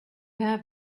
have